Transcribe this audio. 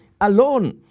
alone